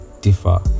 differ